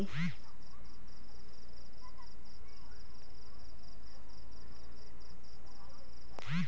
विदेशी मुद्रा बजार में देशक मुद्रा के मूल्य निर्धारित होइत अछि